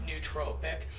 nootropic